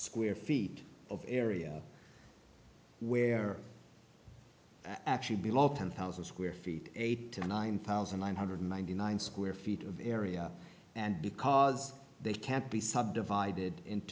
square feet of area where actually below ten thousand square feet eight to nine thousand nine hundred ninety nine square feet of area and because they can't be subdivided in